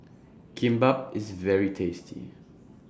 Kimbap IS very tasty